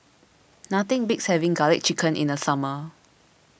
nothing beats having Garlic Chicken in the summer